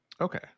Okay